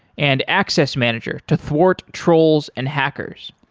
and access manager to thwart trolls and hackers.